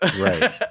Right